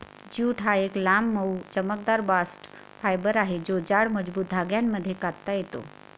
jute हा एक लांब, मऊ, चमकदार बास्ट फायबर आहे जो जाड, मजबूत धाग्यांमध्ये कातता येतो